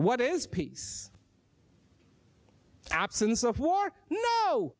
what is peace absence of